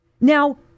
Now